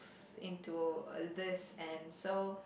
into all these and so